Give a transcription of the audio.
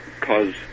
cause